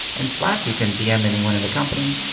in slack, you can dm anyone in the company.